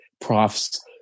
profs